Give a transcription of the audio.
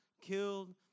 killed